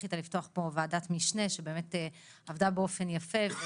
זכית לפתוח פה ועדת משנה, שעבדה באופן יפה.